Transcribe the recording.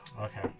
okay